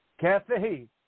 Kathy